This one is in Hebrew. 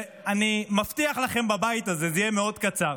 אני מבטיח לכם בבית הזה, זה יהיה מאוד קצר.